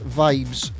vibes